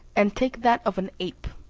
and take that of an ape.